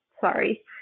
sorry